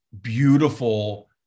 beautiful